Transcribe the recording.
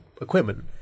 equipment